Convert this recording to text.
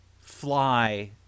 fly